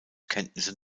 kenntnisse